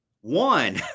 one